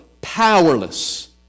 powerless